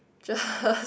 just